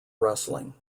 wrestling